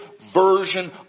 version